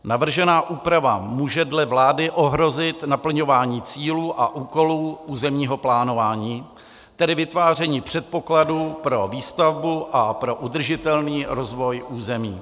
Navržená úprava může dle vlády ohrozit naplňování cílů a úkolů územního plánování, tedy vytváření předpokladů pro výstavbu a pro udržitelný rozvoj území.